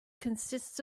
consists